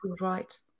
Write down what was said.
Right